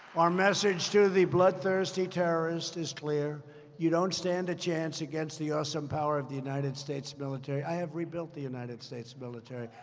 our message to the bloodthirsty terrorist is clear you don't stand a chance against the awesome power of the united states military. i have rebuilt the united states military.